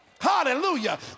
hallelujah